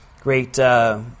great